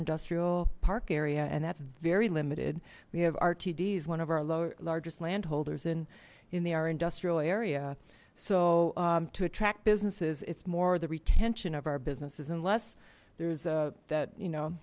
industrial park area and that's very limited we have rtd is one of our largest land holders and in the our industrial area so to attract businesses it's more the retention of our businesses unless there's a that you know